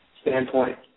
standpoint